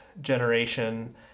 generation